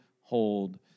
hold